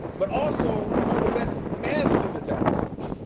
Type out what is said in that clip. but also one of the best math students at his school.